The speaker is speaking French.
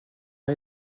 est